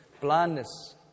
blindness